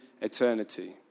eternity